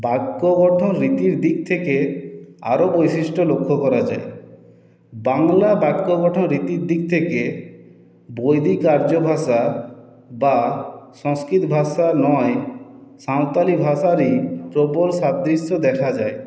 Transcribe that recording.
বাক্য গঠনরীতির দিক থেকে আরো বৈশিষ্ট্য লক্ষ্য করা যায় বাংলা বাক্য গঠনরীতির দিক থেকে বৈদিক আর্য ভাষা বা সংস্কৃত ভাষা নয় সাঁওতালি ভাষারই প্রবল সাদৃশ্য দেখা যায়